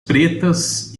pretas